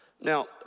Now